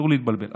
אסור להתבלבל,